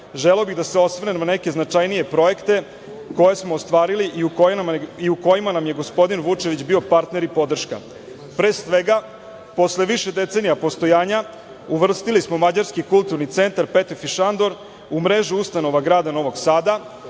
želeo bih da se osvrnem na neke značajnije projekte koje smo ostvarili i u kojima nam je gospodin Vučević bio partner i podrška. Pre svega posle više decenija postojanja uvrstili smo mađarski Kulturni centar Petefi Šandor u mrežu ustanova grada Novog Sada.